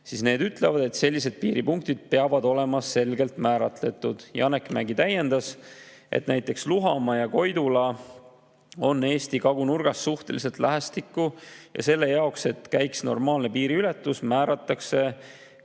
mis ütlevad, et sellised piiripunktid peavad olema selgelt määratletud. Janek Mägi täiendas, et näiteks Luhamaa ja Koidula on Eesti kagunurgas suhteliselt lähestikku ja selle jaoks, et käiks normaalne piiriületus, määratakse